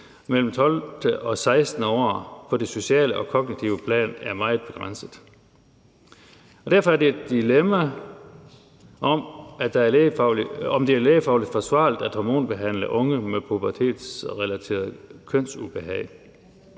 mellem 12 og 16 år på det sociale og kognitive plan er meget begrænset, og derfor er det et dilemma, om det er lægefagligt forsvarligt at hormonbehandle unge med pubertetsrelateret kønsubehag.